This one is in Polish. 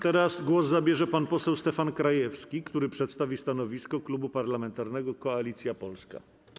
Teraz głos zabierze pan poseł Stefan Krajewski, który przedstawi stanowisko Klubu Parlamentarnego Koalicja Polska.